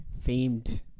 famed